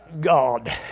God